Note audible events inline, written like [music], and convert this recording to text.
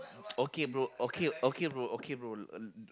[noise] okay bro okay okay bro okay bro [noise]